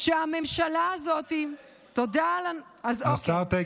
לא אמרתי,